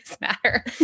matter